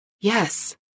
Yes